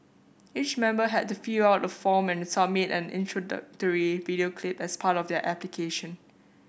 each member had to fill out a form and submit an introductory video clip as part of their application